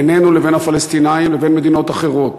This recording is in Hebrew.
בינינו לבין הפלסטינים לבין מדינות אחרות,